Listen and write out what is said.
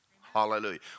Hallelujah